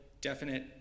definite